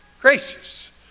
gracious